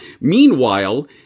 Meanwhile